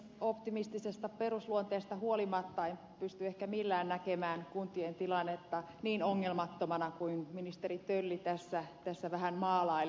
optimistisesta perusluonteesta huolimatta en pysty ehkä millään näkemään kuntien tilannetta niin ongelmattomana kuin ministeri tölli tässä vähän maalaili